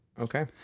Okay